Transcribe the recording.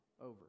over